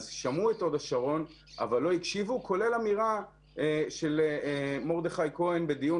שמעו את הוד השרון אבל לא הקשיבו כולל אמירה של מרדכי כהן בדיון